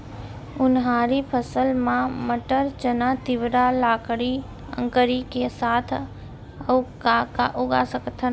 उनहारी फसल मा मटर, चना, तिंवरा, लाखड़ी, अंकरी के साथ अऊ का का उगा सकथन?